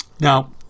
Now